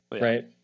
Right